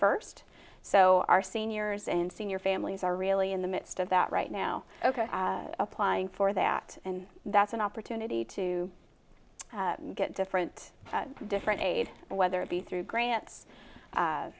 first so our seniors and senior families are really in the midst of that right now applying for that and that's an opportunity to get different different aid whether it be through grants